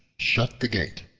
shut the gate.